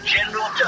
General